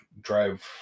drive